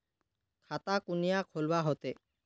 खाता कुनियाँ खोलवा होते?